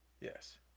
Yes